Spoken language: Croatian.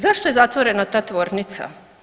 Zašto je zatvorena ta tvornica?